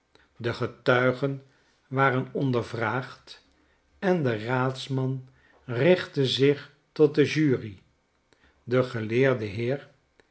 de getuigen waren onder vraagd en de raadsman richtte zich tot de jury de geleerde heer